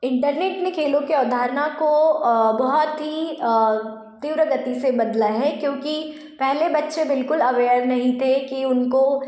internet ने खेलों की अवधारणा को बहुत ही तीव्र गति से बदला है क्योंकि पहले बच्चे बिलकुल अवेयर नहीं थे की उनको